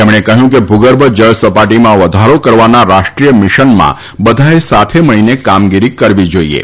તેમણે કહ્યું કે ભૂગર્ભ જળ સપાટીમાં વધારો કરવાના રાષ્ટ્રીય મિશનમાં બધાએ સાથે મળીને કામગીરી કરવી જાઇએ